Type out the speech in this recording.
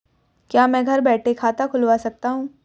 क्या मैं घर बैठे खाता खुलवा सकता हूँ?